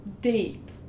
deep